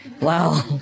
Wow